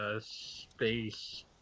space